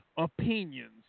Opinions